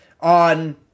on